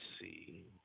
see